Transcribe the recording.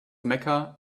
mecca